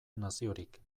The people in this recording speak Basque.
naziorik